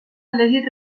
elegit